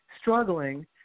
struggling